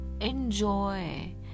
enjoy